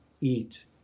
eat